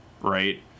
right